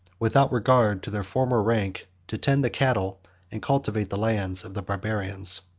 without regard to their former rank, to tend the cattle and cultivate the lands of the barbarians.